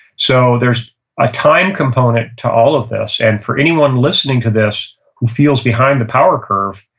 so there's a time component to all of this, and for anyone listening to this who feels behind the power curve,